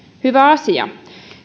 hyvä asia